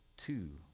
two,